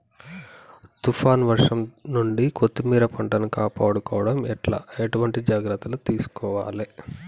తుఫాన్ వర్షం నుండి కొత్తిమీర పంటను కాపాడుకోవడం ఎట్ల ఎటువంటి జాగ్రత్తలు తీసుకోవాలే?